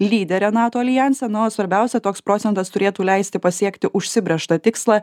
lydere nato aljanse na o svarbiausia toks procentas turėtų leisti pasiekti užsibrėžtą tikslą